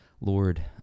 Lord